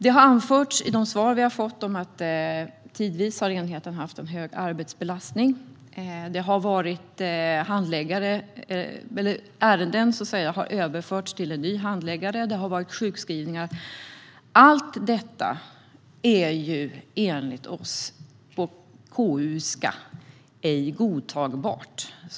I de svar som vi har fått har man anfört att enheten tidvis haft en hög arbetsbelastning, att ärenden har överförts till en ny handläggare och att det har funnits sjukskrivningar.